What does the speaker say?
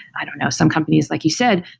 i don't know, some companies like you said,